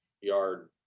yard